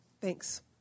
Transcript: Thanks